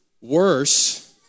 worse